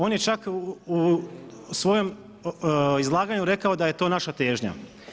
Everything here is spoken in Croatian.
On je čak u svojem izlaganju rekao da je to naša težnja.